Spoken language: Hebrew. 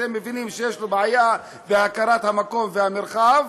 אתם מבינים שיש לו בעיה בהכרת המקום והמרחב,